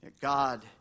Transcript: God